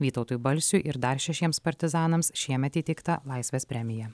vytautui balsiui ir dar šešiems partizanams šiemet įteikta laisvės premija